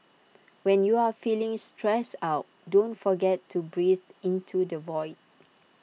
when you are feeling stressed out don't forget to breathe into the void